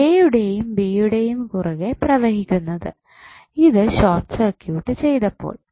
a യുടെയും b യുടെയും കുറുകെ പ്രവഹിക്കുന്നത് ഇതു ഷോർട് സർക്യൂട്ട് ചെയ്തപ്പോൾ